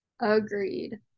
Agreed